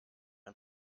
ein